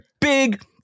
big